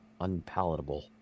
unpalatable